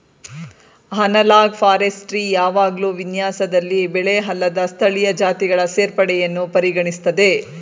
analogue forestry ಯಾವಾಗ್ಲೂ ವಿನ್ಯಾಸದಲ್ಲಿ ಬೆಳೆಅಲ್ಲದ ಸ್ಥಳೀಯ ಜಾತಿಗಳ ಸೇರ್ಪಡೆಯನ್ನು ಪರಿಗಣಿಸ್ತದೆ